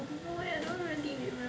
I don't know leh I don't really remem~